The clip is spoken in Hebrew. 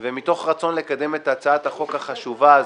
לא,